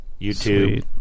YouTube